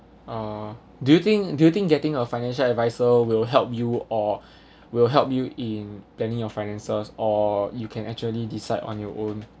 uh do you think do you think getting a financial adviser will help you or will help you in planning your finances or you can actually decide on your own